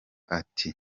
ati